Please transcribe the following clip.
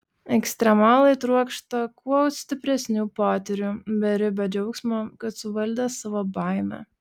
ekstremalai trokšta kuo stipresnių potyrių beribio džiaugsmo kad suvaldė savo baimę